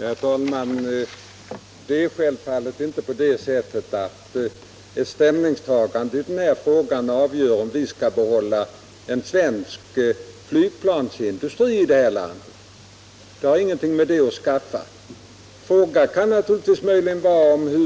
Herr talman! Det är självfallet inte på det sättet att ett ställningstagande i denna fråga avgör om vi skall behålla en svensk flygplansindustri i detta land — det har ingenting med saken att göra. Frågan kan naturligtvis röra sig om hur